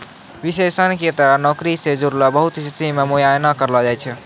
विश्लेषण के तहत नौकरी से जुड़लो बहुते स्थिति के मुआयना करलो जाय छै